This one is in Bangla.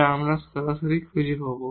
যা আমরা সরাসরি খুঁজে পাব